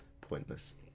pointless